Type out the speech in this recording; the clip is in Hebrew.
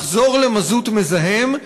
לחזור למזוט מזהם,